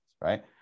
right